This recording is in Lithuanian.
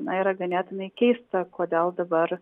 na yra ganėtinai keista kodėl dabar